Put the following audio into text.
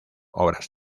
obras